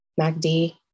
MACD